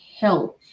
Health